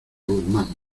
guzmán